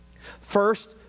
First